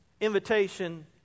invitation